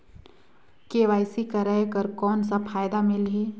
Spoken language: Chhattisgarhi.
के.वाई.सी कराय कर कौन का फायदा मिलही?